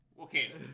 Okay